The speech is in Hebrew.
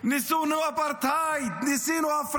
ניסינו אפרטהייד,